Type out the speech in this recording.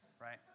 Right